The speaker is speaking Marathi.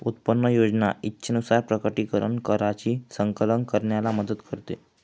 उत्पन्न योजना इच्छेनुसार प्रकटीकरण कराची संकलन करण्याला मदत करते